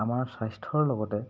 আমাৰ স্বাস্থ্যৰ লগতে